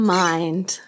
mind